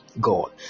god